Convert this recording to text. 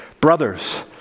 brothers